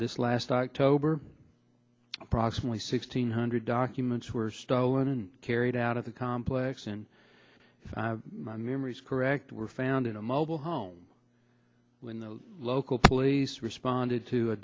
this last october approximately sixteen hundred documents were stolen and carried out of the complex and if my memory is correct were found in a mobile home when the local police responded to a